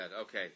Okay